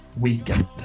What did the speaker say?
Weekend